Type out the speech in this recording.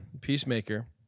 peacemaker